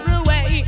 away